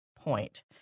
point